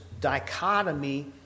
dichotomy